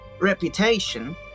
reputation